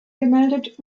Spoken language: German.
gemeldet